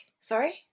sorry